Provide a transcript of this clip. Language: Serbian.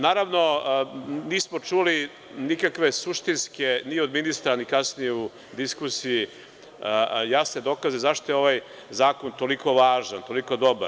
Naravno, nismo čuli nikakve suštinske ni od ministra, a ni kasnije u diskusiji, jasne dokaze zašto je ovaj zakon toliko važan, toliko dobar.